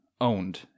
Owned